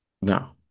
No